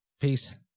peace